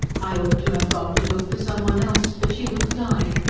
i ought to have gone to look for someone else. but she was dying.